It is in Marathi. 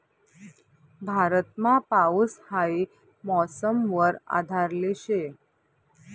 भारतमा पाऊस हाई मौसम वर आधारले शे